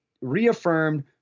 reaffirmed